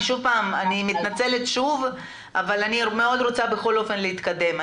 אני מתנצלת שוב אבל אני רוצה מאוד בכל אופן להתקדם.